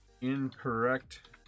incorrect